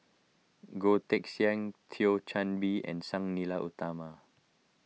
Goh Teck Sian Thio Chan Bee and Sang Nila Utama